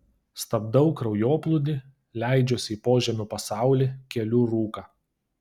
stabdau kraujoplūdį leidžiuosi į požemių pasaulį keliu rūką